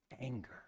anger